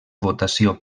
votació